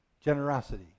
Generosity